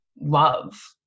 love